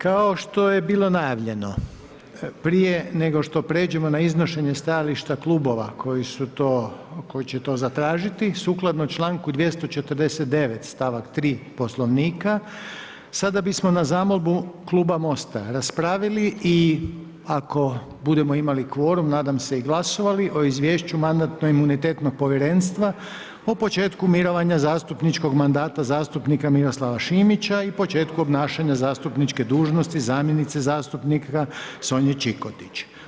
Kao što je bilo najavljeno prije nego što prijeđemo na iznošenje stajališta klubova koji će to zatražiti sukladno članku 249. stavak 3. Poslovnika sada bismo na zamolbu kluba MOST-a raspravili i ako budemo imali kvorum, nadam se i glasovali o Izvješću Mandatno-imunitetnog povjerenstva o početku mirovanja zastupničkog mandata zastupnika Miroslava Šimića i početku obnašanja zastupničke dužnosti zamjenice zastupnika Sonje Čikotić.